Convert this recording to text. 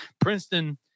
Princeton